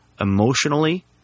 emotionally